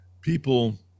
People